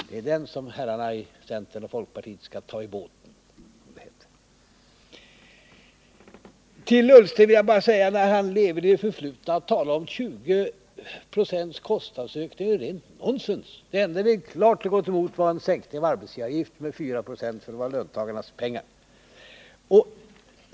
Det är den som herrarna i centerpartiet och folkpartiet skall ta med i båten. Till herr Ullsten, som lever i det förflutna, vill jag bara säga att hans tal om en 20-procentig kostnadsökning är rent nonsens. Det enda som vi klart har gått emot är en sänkning av arbetsgivaravgiften med 4 96, eftersom det var fråga om löntagarnas pengar.